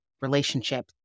relationship